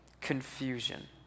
confusion